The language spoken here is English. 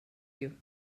you